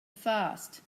fast